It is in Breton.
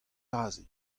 aze